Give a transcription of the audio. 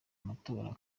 amatora